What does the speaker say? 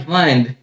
mind